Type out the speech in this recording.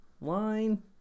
Line